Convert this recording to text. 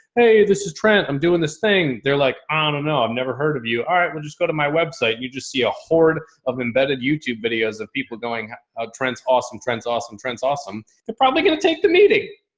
hey, this is trent, i'm doing this thing. they're like, i um dunno. i've never heard of you. all right, we'll just go to my website. you just see a hoard of embedded youtube videos of people going out ah trent's awesome, trent's awesome. trent's awesome. they're probably going to take the meeting.